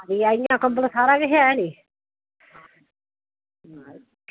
रजाइयां कम्बल सारा किश ऐ नी